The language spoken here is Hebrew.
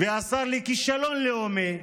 והשר לכישלון לאומי,